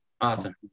awesome